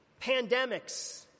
pandemics